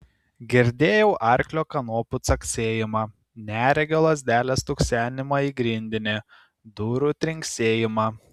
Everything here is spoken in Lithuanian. girdėjau arklio kanopų caksėjimą neregio lazdelės stuksenimą į grindinį durų trinksėjimą